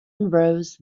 rose